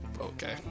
Okay